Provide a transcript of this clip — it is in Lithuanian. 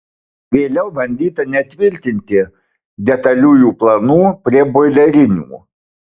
vėliau bandyta netvirtinti detaliųjų planų prie boilerinių